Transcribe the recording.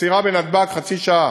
עצירה בנתב"ג, חצי שעה,